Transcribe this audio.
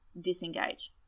disengage